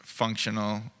functional